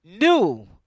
new